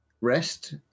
rest